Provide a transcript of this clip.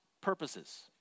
purposes